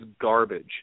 garbage